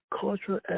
cultural